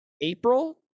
April